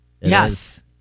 Yes